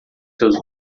seus